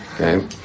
okay